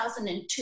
2002